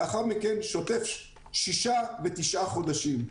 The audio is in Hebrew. לאחר מכן שוטף 6 חודשים ותשעה חודשים.